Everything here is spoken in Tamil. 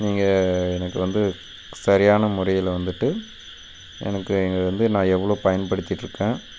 நீங்கள் எனக்கு வந்து சரியான முறையில் வந்துவிட்டு எனக்கு இங்கே வந்து நான் எவ்வளோ பயன்படுத்திட்டுருக்கேன்